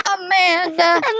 Amanda